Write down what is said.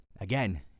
again